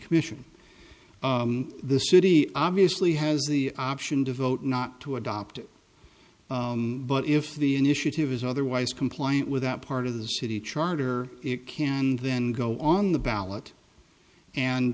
commission the city obviously has the option to vote not to adopt it but if the initiative is otherwise compliant with that part of the city charter it can then go on the ballot and